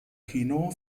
kino